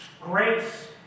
Grace